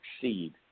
succeed